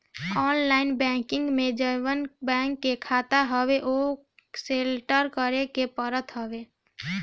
online banking में जवनी bank के खाता हवे ओके सलेक्ट करे के पड़त हवे